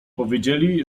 powiedzieli